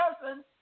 person